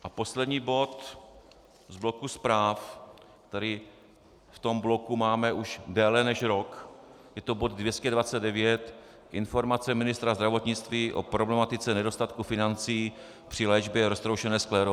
A poslední bod z bloku zpráv, který v tom bloku máme už déle než rok, je to bod 229 Informace ministra zdravotnictví o problematice nedostatku financí při léčbě roztroušené sklerózy.